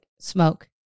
smoke